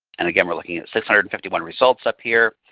and again, we are looking at six hundred and fifty one results up here.